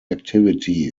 activity